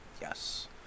Yes